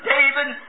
David